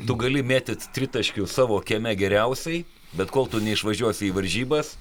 tu gali mėtyt tritaškius savo kieme geriausiai bet kol tu neišvažiuosi į varžybas